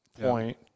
point